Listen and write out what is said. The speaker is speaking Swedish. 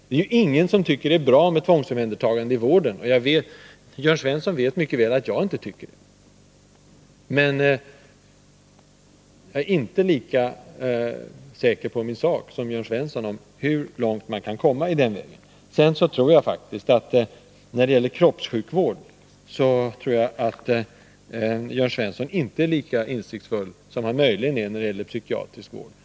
Det finns ingen som tycker att det är bra med tvångsomhändertaganden i vården — Jörn Svensson vet mycket väl att jaginte tycker det — men jag är inte lika säker på min sak som Jörn Svensson, när det gäller hur långt man kan komma i den vägen. I fråga om kroppssjukvård tror jag inte att Jörn Svensson är lika insiktsfull som han möjligen är beträffande psykiatrisk vård.